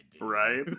Right